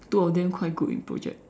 two of them quite good in project